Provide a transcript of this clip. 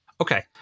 Okay